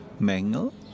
Mengel